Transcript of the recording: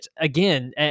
again